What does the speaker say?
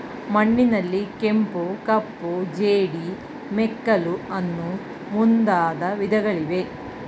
ಮಣ್ಣಿನಲ್ಲಿ ಕೆಂಪು, ಕಪ್ಪು, ಜೇಡಿ, ಮೆಕ್ಕಲು ಅನ್ನೂ ಮುಂದಾದ ವಿಧಗಳಿವೆ